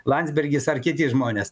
landsbergis ar kiti žmonės